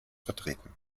vertreten